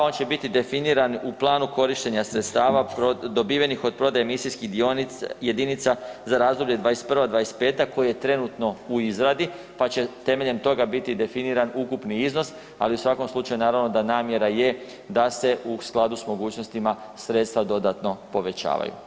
On će biti definiran u planu korištenja sredstava dobivenih od prodaje emisijskih jedinica za razdoblje '21.-'25. koja je trenutno u izradi, pa će temeljem toga biti definiran i ukupni iznos, ali u svakom slučaju naravno da namjera je da se u skladu s mogućnostima sredstva dodatno povećavaju.